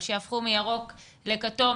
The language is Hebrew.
אבל שיהפכו מירוק לכתום,